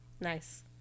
nice